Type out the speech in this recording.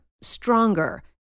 stronger